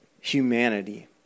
humanity